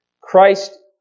Christ